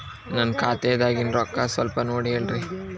ನನ್ನ ಖಾತೆದಾಗಿನ ರೊಕ್ಕ ಸ್ವಲ್ಪ ನೋಡಿ ಹೇಳ್ರಿ